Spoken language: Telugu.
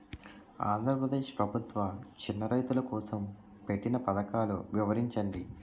ఆంధ్రప్రదేశ్ ప్రభుత్వ చిన్నా రైతుల కోసం పెట్టిన పథకాలు వివరించండి?